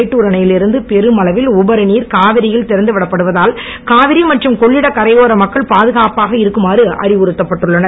மேட்டூர் அணையில் இருந்து பெரும் அளவில் உபரிநீர் காவிரியில் திறந்து விடப்படுவதால் காவிரி மற்றும் கொள்ளிட கரையோர மக்கள் பாதுகாப்பாக இருக்குமாறு அறிவுறுத்தப்பட்டுள்ளனர்